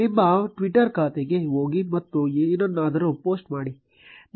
ನಿಮ್ಮ Twitter ಖಾತೆಗೆ ಹೋಗಿ ಮತ್ತು ಏನನ್ನಾದರೂ ಪೋಸ್ಟ್ ಮಾಡಿ